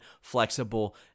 flexible